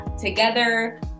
together